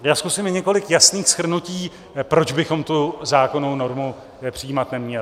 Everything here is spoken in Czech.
Já zkusím i několik jasných shrnutí, proč bychom tu zákonnou normu přijímat neměli.